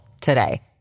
today